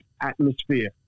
atmosphere